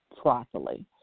properly